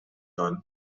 dan